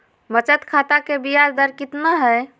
बचत खाता के बियाज दर कितना है?